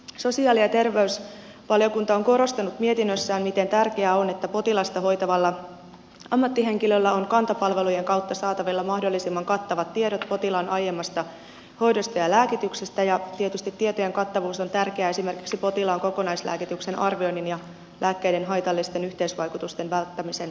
sosiaali ja terveysvaliokunta on korostanut mietinnössään miten tärkeää on että potilasta hoitavalla ammattihenkilöllä on kanta palvelujen kautta saatavilla mahdollisimman kattavat tiedot potilaan aiemmasta hoidosta ja lääkityksestä ja tietysti tietojen kattavuus on tärkeää esimerkiksi potilaan kokonaislääkityksen arvioinnin ja lääkkeiden haitallisten yhteisvaikutusten välttämisen kannalta